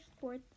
fourth